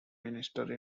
minister